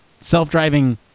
self-driving